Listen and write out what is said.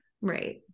Right